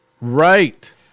Right